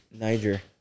Niger